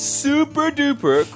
super-duper